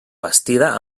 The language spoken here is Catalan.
bastida